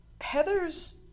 Heather's